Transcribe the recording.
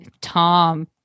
Tom